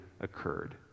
occurred